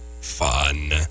fun